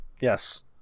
Yes